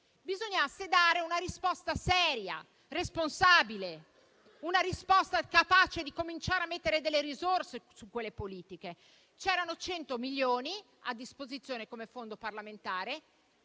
bisognasse dare una risposta seria e responsabile, una risposta capace di cominciare a mettere delle risorse su quelle politiche. C'erano 100 milioni a disposizione come fondo parlamentare;